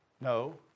No